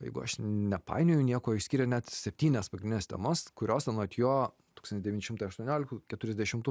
jeigu aš nepainioju nieko išskyrė net septynias pagrindines temas kurios anot jo tūksan devyni šimtai aštuonioliktų keturiasdešimtų